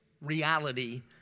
reality